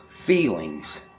feelings